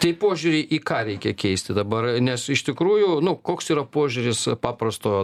tai požiūrį į ką reikia keisti dabar nes iš tikrųjų nu koks yra požiūris paprasto